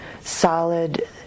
solid